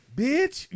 bitch